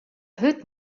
hurd